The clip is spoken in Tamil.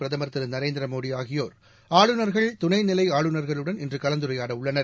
பிரதமர் திரு நரேந்திர மோடி ஆகியோர் ஆளுநர்கள் துணைநிலை ஆளுநர்களுடன் இன்று கலந்துரையாடவுள்ளனர்